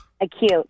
Acute